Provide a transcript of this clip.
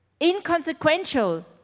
inconsequential